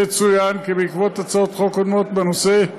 יצוין כי בעקבות הצעות חוק קודמות בנושא,